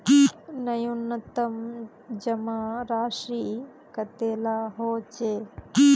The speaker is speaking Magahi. न्यूनतम जमा राशि कतेला होचे?